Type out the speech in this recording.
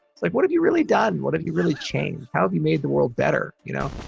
it's like what have you really done? what have you really changed? how have you made the world better? you know?